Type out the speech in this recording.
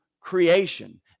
creation